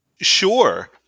Sure